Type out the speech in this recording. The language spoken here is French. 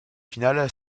finales